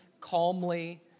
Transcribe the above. calmly